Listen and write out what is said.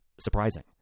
Surprising